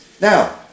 Now